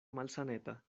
malsaneta